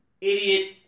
idiot